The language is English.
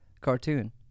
cartoon